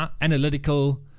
Analytical